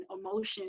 emotion